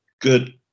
good